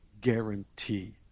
guarantee